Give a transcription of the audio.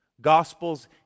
Gospels